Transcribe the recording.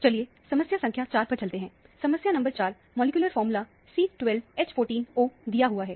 चलिए समस्या संख्या 4 पर चलते हैं समस्या नंबर 4 मॉलिक्यूलर फार्मूला C12H14O दिया हुआ है